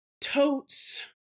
totes